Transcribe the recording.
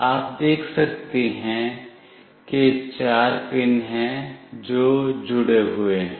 आप देख सकते हैं कि चार पिन हैं जो जुड़े हुए हैं